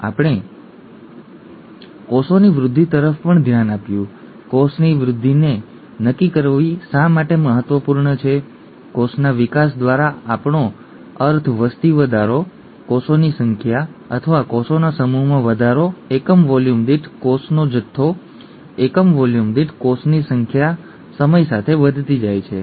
અને અમે કોષોની વૃદ્ધિ તરફ પણ ધ્યાન આપ્યું કોષની વૃદ્ધિને નક્કી કરવી શા માટે મહત્વપૂર્ણ છે કોષના વિકાસ દ્વારા અમારો અર્થ વસ્તી વધારો કોષોની સંખ્યા અથવા કોષોના સમૂહમાં વધારો એકમ વોલ્યુમ દીઠ કોષોનો જથ્થો એકમ વોલ્યુમ દીઠ કોષોની સંખ્યા સમય સાથે વધતી જાય છે ઠીક છે